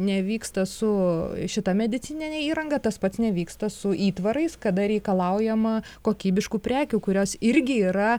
nevyksta su šita medicinine įranga tas pats nevyksta su įtvarais kada reikalaujama kokybiškų prekių kurios irgi yra